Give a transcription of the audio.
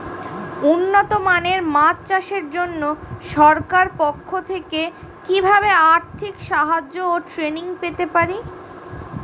উন্নত মানের মাছ চাষের জন্য সরকার পক্ষ থেকে কিভাবে আর্থিক সাহায্য ও ট্রেনিং পেতে পারি?